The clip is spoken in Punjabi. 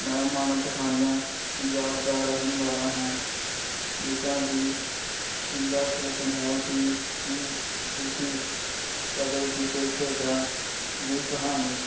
ਮੈਂ ਮਾਨਵ ਪਠਾਣੀਆ ਪੰਜਾਬ ਦਾ ਰਹਿਣ ਵਾਲਾ ਹਾਂ ਜਿੱਦਾਂ ਕਿ ਇਹਨਾਂ ਦਾ ਪ੍ਰਸ਼ਨ ਹੈ ਕਿ ਕੀ ਤੁਸੀਂ ਕਦੇ ਕਿਸੇ ਖੇਡਾਂ ਦੀ ਕਹਾਣੀ